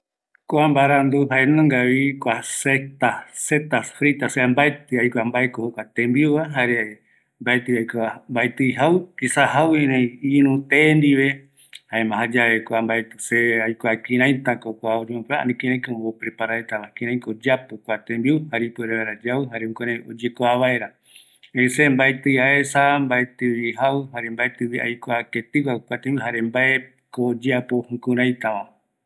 Kua mbarandu tembiu regua jaenungavi, mbaetï aikua, jaudipo erei ïru te ndive, jaeramovi mbaetta amee, kiraiko ikavi oyeapo